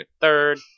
third